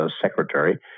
secretary